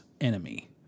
enemy